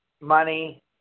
money